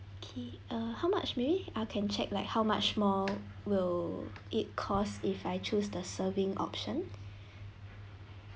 okay err how much maybe ah can check like how much more will it cause if I choose the serving option